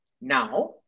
now